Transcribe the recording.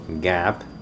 gap